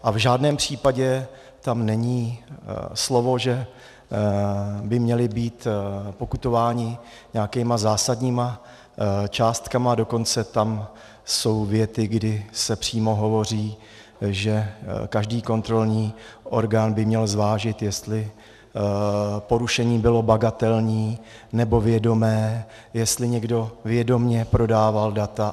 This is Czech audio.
A v žádném případě tam není slovo, že by měli být pokutováni nějakými zásadními částkami, dokonce tam jsou věty, kdy se přímo hovoří, že každý kontrolní orgán by měl zvážit, jestli porušení bylo bagatelní, nebo vědomé, jestli někdo vědomě prodával data, atd., atd.